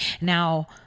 Now